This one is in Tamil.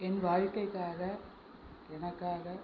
என் வாழ்க்கைக்காக எனக்காக